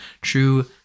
True